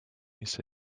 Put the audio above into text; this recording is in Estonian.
mis